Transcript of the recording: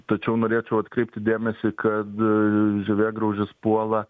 tačiau norėčiau atkreipti dėmesį kad žievėgraužis puola